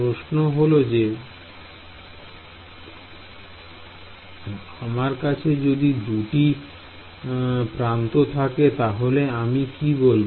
প্রশ্ন হল যে আমার কাছে যদি দুটি প্রান্ত থাকে তাহলে আমি কি বলবো